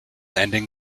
ending